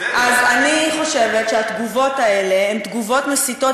אז אני חושבת שהתגובות האלה הן תגובות מסיתות